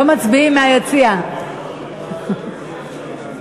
הגיעו התוצאות: 44 בעד